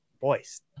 Boys